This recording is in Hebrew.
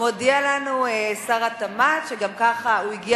מודיע לנו שר התמ"ת שגם כך הוא הגיע